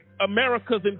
America's